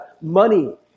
money